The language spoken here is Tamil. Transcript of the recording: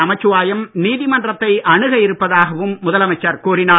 நமசிவாயம் நீதிமன்றத்தை அணுக இருப்பதாகவும் முதலமைச்சர் கூறினார்